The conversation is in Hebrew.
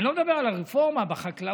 אני לא מדבר על הרפורמה בחקלאות,